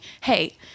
hey